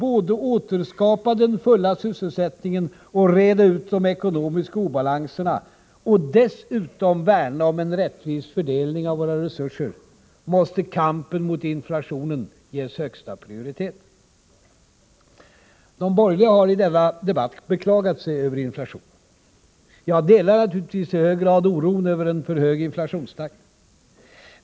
både återskapa den fulla sysselsättningen och reda ut de ekonomiska obalanserna — och dessutom värna om en rättvis fördelning av våra resurser — måste kampen mot inflationen ges högsta prioritet. De borgerliga har i denna debatt beklagat sig över inflationen. Jag delar naturligtvis i hög grad oron över en för hög inflationstakt.